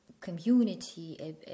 community